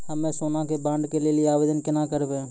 हम्मे सोना के बॉन्ड के लेली आवेदन केना करबै?